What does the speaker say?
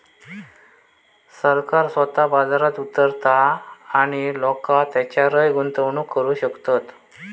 सरकार स्वतः बाजारात उतारता आणि लोका तेच्यारय गुंतवणूक करू शकतत